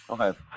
Okay